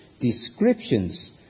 descriptions